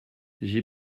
j’ai